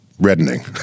reddening